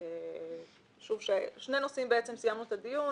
בשני נושאים סיימנו את הדיון